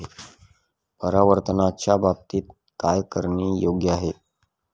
परावर्तनाच्या बाबतीत काय करणे योग्य आहे